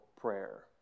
prayer